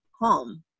home